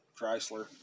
Chrysler